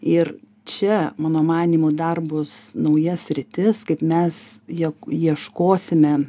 ir čia mano manymu dar bus nauja sritis kaip mes jog ieškosime